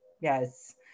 Yes